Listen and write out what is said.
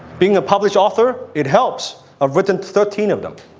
being a published author, it helps. i've written thirteen of them.